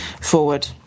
forward